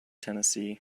tennessee